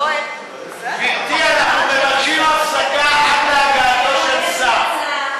גברתי, אנחנו מבקשים הפסקה עד להגעתו של שר.